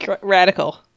Radical